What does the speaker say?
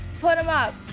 put em up.